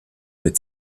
mit